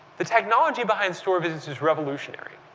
the technology behind store visits is revolutionary.